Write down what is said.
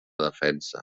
defensa